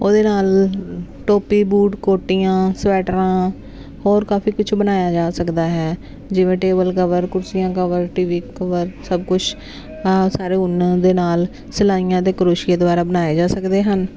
ਉਹਦੇ ਨਾਲ ਟੋਪੀ ਬੂਟ ਕੋਟੀਆਂ ਸਵੈਟਰਾਂ ਹੋਰ ਕਾਫੀ ਕੁਛ ਬਣਾਇਆ ਜਾ ਸਕਦਾ ਹੈ ਜਿਵੇਂ ਟੇਬਲ ਕਵਰ ਕੁਰਸੀਆਂ ਕਵਰ ਟੀਵੀ ਕਵਰ ਸਭ ਕੁਛ ਸਾਰੇ ਉੱਨ ਦੇ ਨਾਲ ਸਿਲਾਈਆਂ ਅਤੇ ਕਰੋਸ਼ੀਆ ਦੁਆਰਾ ਬਣਾਇਆ ਜਾ ਸਕਦੇ ਹਨ